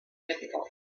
difficult